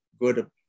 good